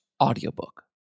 audiobook